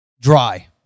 dry